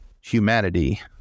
humanity